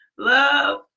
Love